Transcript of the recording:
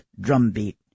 drumbeat